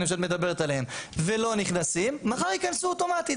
שאת מדברת עליהם ולא נכנסים מחר ייכנסו אוטומטית.